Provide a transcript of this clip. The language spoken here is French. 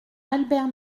albert